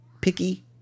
picky